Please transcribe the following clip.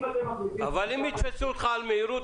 אם יתפסו אותך על מהירות,